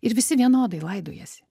ir visi vienodai laidojasi